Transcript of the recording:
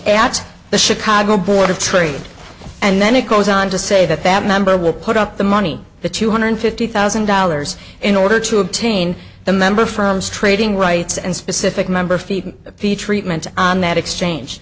at the chicago board of trade and then it goes on to say that that member will put up the money the two hundred fifty thousand dollars in order to obtain the member firm's trading rights and specific members the treatment on that exchange